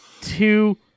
two